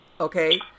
okay